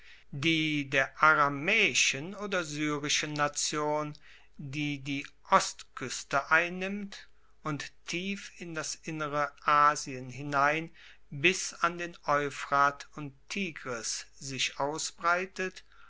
die der aramaeischen oder syrischen nation die die ostkueste einnimmt und tief in das innere asien hinein bis an den euphrat und tigris sich ausbreitet